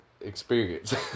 Experience